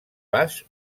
pas